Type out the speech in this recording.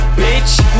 bitch